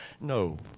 No